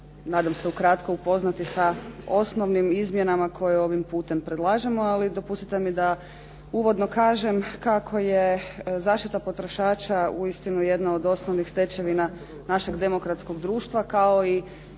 nadam se ukratko upoznati sa osnovnim izmjenama koje ovim putem predlažemo. Ali dopustite mi da uvodno kažem kako je zaštita potrošača uistinu jedna od osnovnih stečevina našeg demokratskog društva kao i